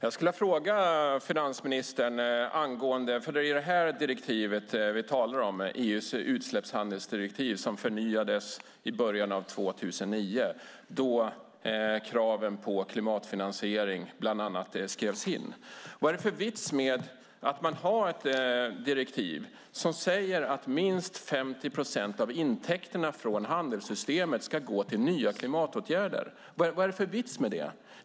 Herr talman! Vi talar om EU:s utsläppshandelsdirektiv, som förnyades i början av 2009 då kraven på bland annat klimatfinansiering skrevs in. Vad är det för vits med att ha ett direktiv som säger att minst 50 procent av intäkterna från handelssystemet ska gå till nya klimatåtgärder? Vad är det för vits med det?